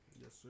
Yes